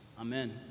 Amen